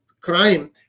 crime